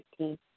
15